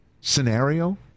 scenario